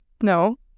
no